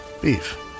Beef